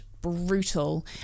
brutal